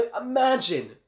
imagine